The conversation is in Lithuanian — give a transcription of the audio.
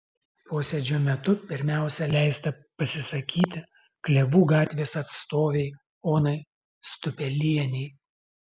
posėdžio metu pirmiausia leista pasisakyti klevų gatvės atstovei onai stupelienei